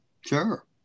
Sure